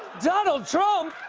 donald trump?